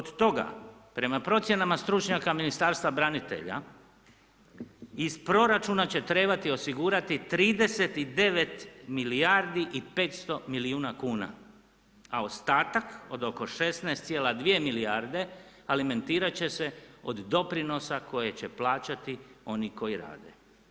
Od toga prema procjenama stručnjaka Ministarstva branitelja iz proračuna će trebati osigurati 39 milijardi i 500 milijuna kuna, a ostatak od oko 16,2 milijarde alimentirat će se od doprinosa koje će plaćati oni koji rade.